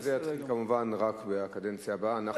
זה יתחיל, כמובן, רק בקדנציה הבאה.